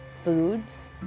foods